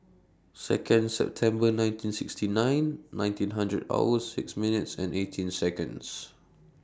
Second September nineteen sixty nine nineteen hundred hours six minutes and eighteen Seconds